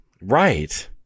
Right